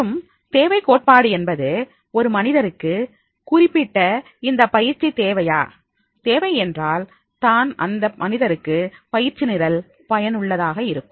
மற்றும் தேவைக் கோட்பாடு என்பது ஒரு மனிதருக்கு குறிப்பிட்ட இந்தப் பயிற்சி தேவையா தேவை என்றால் தான் அந்த மனிதருக்கு பயிற்சி நிரல் பயனுள்ளதாக இருக்கும்